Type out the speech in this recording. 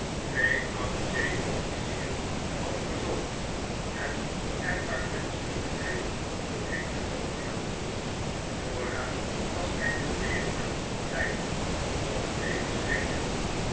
ee oude zeeofficieren had verzocht hem er uit menschlievendheid doorheen te komen helpen dora was echter weer aan het ontbijt om thee te schenken